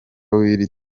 w’iri